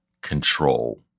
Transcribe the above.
control